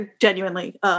genuinely